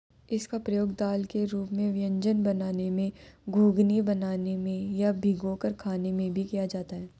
इसका प्रयोग दाल के रूप में व्यंजन बनाने में, घुघनी बनाने में या भिगोकर खाने में भी किया जाता है